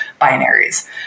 binaries